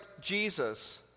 Jesus